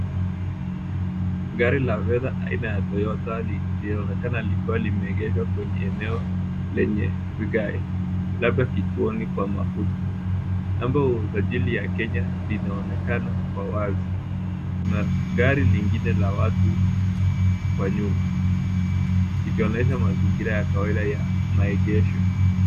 Gari la fedha aina ya Toyota linaonekana likiwa limeegeshwa kwenye eneo lenye vigae labda kituoni kwa mafuta, namba ya usajili ya Kenya inaonekana kwa wazi na gari lingine la watu kwa nyuma likionyesha mazingira ya kawaida ya maegesho.